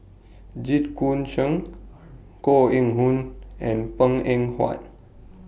Jit Koon Ch'ng Koh Eng Hoon and Png Eng Huat